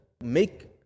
make